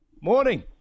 morning